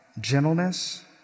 gentleness